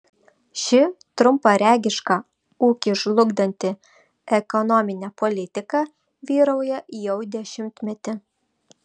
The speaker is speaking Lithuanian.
ši trumparegiška ūkį žlugdanti ekonominė politika vyrauja jau dešimtmetį